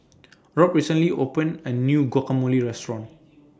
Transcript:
Robb recently opened A New Guacamole Restaurant